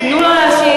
תנו לו להשיב.